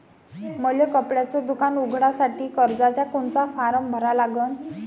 मले कपड्याच दुकान उघडासाठी कर्जाचा कोनचा फारम भरा लागन?